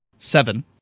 Seven